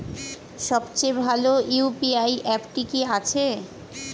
সবচেয়ে ভালো ইউ.পি.আই অ্যাপটি কি আছে?